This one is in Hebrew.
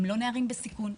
הם לא נערים בסיכון,